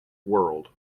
world